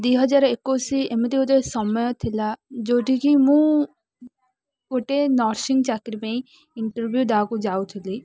ଦୁଇ ହଜାର ଏକୋଇଶ ଏମିତି ଗୋଟେ ସମୟ ଥିଲା ଯେଉଁଠିକି ମୁଁ ଗୋଟେ ନର୍ସିଂ ଚାକିରି ପାଇଁ ଇଣ୍ଟରଭ୍ୟୁ ଦେବାକୁ ଯାଉଥିଲି